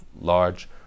large